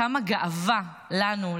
כמה גאווה לנו,